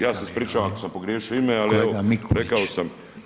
ja se ispričavam ako sam pogriješio ime, ali evo rekao sam